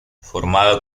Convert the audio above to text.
formado